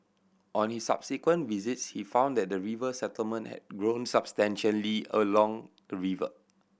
on his subsequent visits he found that the river settlement had grown substantially along the river